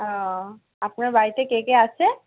ও আপনার বাড়িতে কে কে আছে